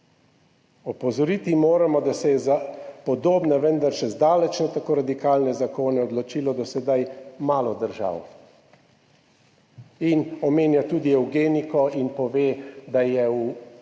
Opozoriti moramo, da se je za podobne, vendar še zdaleč ne tako radikalne zakone odločilo do sedaj malo držav. In omenja tudi evgeniko in pove, da je v prvi